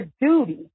duty